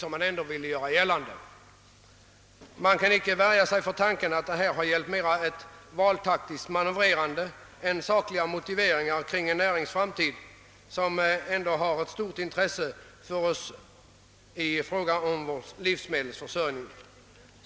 Man kan icke värja sig för tanken att detta mera varit uttryck för ett valtaktiskt manövrerande än grundat på sakliga motiveringar, trots att det gäller framtiden för en näring som har stor betydelse för vår livsmedelsförsörjning.